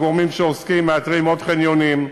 הגורמים שעוסקים מאתרים עוד חניונים.